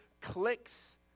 clicks